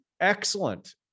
excellent